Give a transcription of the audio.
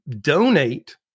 donate